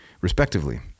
respectively